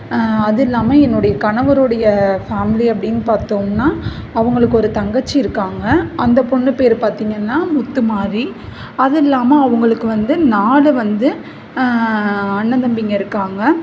அது இல்லாமல் என்னோடய கணவருடைய ஃபேமிலி அப்படின்னு பார்த்தோம்னா அவங்களுக்கு ஒரு தங்கச்சி இருக்காங்கள் அந்த பொண்ணு பேர் பார்த்திங்கன்னா முத்துமாரி அது இல்லாமல் அவங்களுக்கு வந்து நாலு வந்து அண்ணன் தம்பிங்கள் இருக்காங்கள்